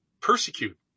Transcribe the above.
persecute